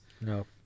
No